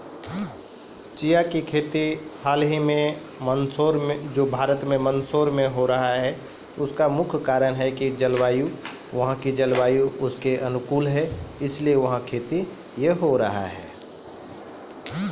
चिया के खेती हाल कुछ साल पहले सॅ भारत के मंदसौर आरो निमच मॅ भी करलो जाय रहलो छै